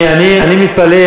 אני מתפלא,